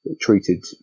treated